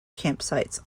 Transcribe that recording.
campsites